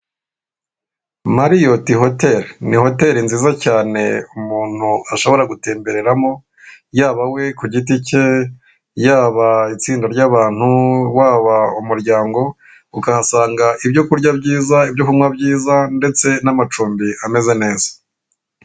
Mariyoti hoteri ni hoteri nziza cyane umuntu ashobora gutembereramo, yaba we ku giti cye, yaba itsinda ry'abantu, waba umuryango ukahasanga ibyo kurya byiza, ibyo kunywa byiza ndetse n'amacumbi ameze neza.